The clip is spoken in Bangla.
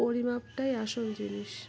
পরিমাপটাই আসল জিনিস